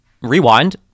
Rewind